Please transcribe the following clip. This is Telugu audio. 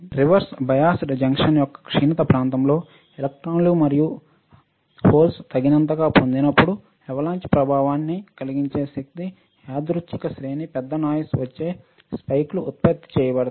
రివర్స్డ్ బయాస్డ్ జంక్షన్ యొక్క క్షీణత ప్రాంతంలో ఎలక్ట్రాన్లు మరియు హోల్లు తగినంతగా పొందినప్పుడు అవలాంచ్ ప్రభావాన్ని కలిగించే శక్తి యాదృచ్ఛిక శ్రేణి పెద్ద నాయిస్ వచ్చే స్పైక్ లు ఉత్పత్తి చేయబడతాయి